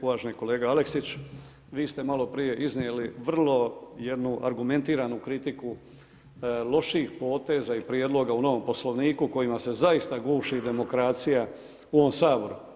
Uvaženi kolega Aleksić, vi ste malo prije iznijeli vrlo jednu argumentiranu kritiku loših poteza i prijedloga u novom Poslovniku kojima se zaista guši demokracija u ovom Saboru.